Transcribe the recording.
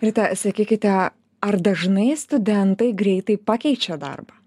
rita sakykite ar dažnai studentai greitai pakeičia darbą